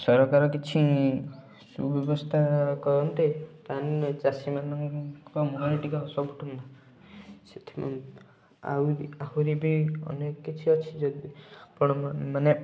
ସରକାର କିଛି ସୁବ୍ୟବସ୍ଥା କରନ୍ତେ ତାନେ ଚାଷୀ ମାନଙ୍କ ମୁଁହରେ ଟିକେ ହସ ଫୁଟନ୍ତା ସେଥିପାଇଁ ଆହୁରି ଆହୁରି ବି ଅନେକ କିଛି ଅଛି ଯଦି ଆପଣ ମାନେ